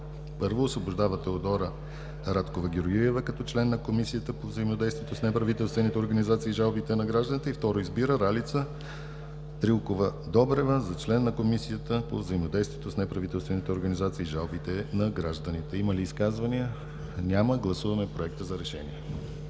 1. Освобождава Теодора Радкова Георгиева като член на Комисията по взаимодействието с неправителствените организации и жалбите на гражданите. 2. Избира Ралица Трилкова Добрева за член на Комисията по взаимодействието с неправителствените организации и жалбите на гражданите.” Има ли изказвания? Няма. Гласуваме Проекта за решение.